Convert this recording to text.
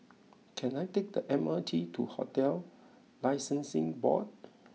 can I take the M R T to Hotels Licensing Board